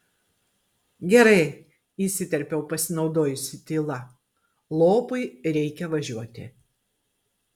gerai įsiterpiau pasinaudojusi tyla lopui reikia važiuoti